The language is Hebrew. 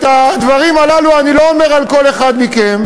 את הדברים הללו אני לא אומר על כל אחד מכם,